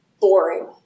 boring